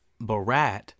Barat